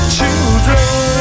Children